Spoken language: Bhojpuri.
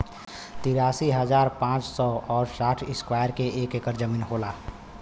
तिरालिस हजार पांच सौ और साठ इस्क्वायर के एक ऐकर जमीन होला